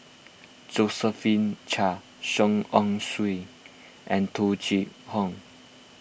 Josephine Chia Song Ong Siang and Tung Chye Hong